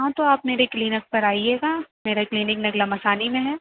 ہاں تو آپ میری کلینک پر آئیے گا میرا کلینک نگلا مسانی میں ہے